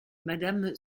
madame